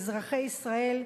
אזרחי ישראל,